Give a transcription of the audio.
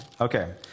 Okay